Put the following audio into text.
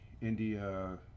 India